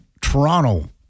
Toronto